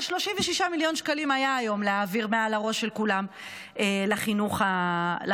אבל 36 מיליון שקלים היה היום להעביר מעל הראש של כולם לחינוך החרדי.